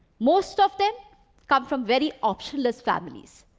most of them come from very optionless families,